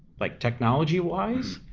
like technology wise,